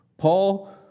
Paul